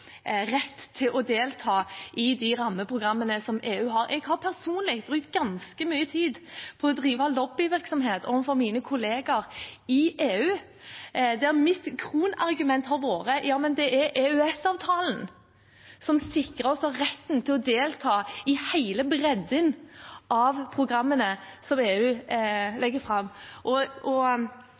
rett til å delta i de rammeprogrammene som EU har. Jeg har personlig brukt ganske mye tid på å drive lobbyvirksomhet overfor mine kolleger i EU, der mitt kronargument har vært at det er EØS-avtalen som sikrer oss retten til å delta i hele bredden av programmene som EU legger fram.